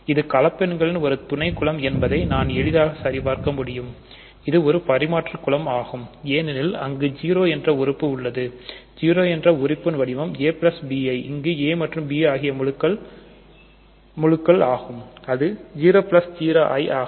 இது கலப்பு எண்களின் ஒரு துணை குலம் என்பதை நான் எளிதாக சரிபார்க்க முடியும் இது ஒரு பரிமாற்றம் குலம் ஆகும் ஏனெனில் அங்கு 0 என்ற உறுப்பு உள்ளது0 என்ற உறுப்பின் வடிவம்abi இங்கு a மற்றும் b ஆகிய முழுக்கள் அது 00i ஆகும்